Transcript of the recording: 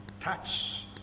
touch